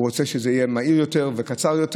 הוא רוצה שזה יהיה מהיר יותר וקצר יותר.